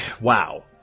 Wow